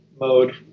mode